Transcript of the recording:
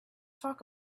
talk